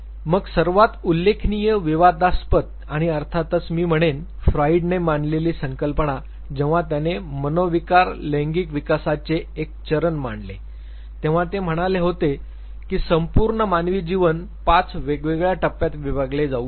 मग सर्वात उल्लेखनीय विवादास्पद आणि अर्थातच मी म्हणेन फ्रॉइडने मांडलेली संकल्पना जेव्हा त्याने मनोविकार लैंगिक विकासाचे एक चरण मांडले तेव्हा ते म्हणाले होते की संपूर्ण मानवी जीवन पाच वेगवेगळ्या टप्प्यात विभागले जाऊ शकते